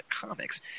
comics